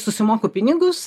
susimoku pinigus